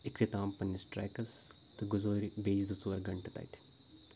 اِختِتام پنٛنِس ٹرٛیکَس تہٕ گُزٲرۍ بیٚیہِ زٕ ژور گنٹہٕ تَتہِ